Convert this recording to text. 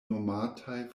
nomataj